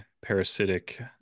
parasitic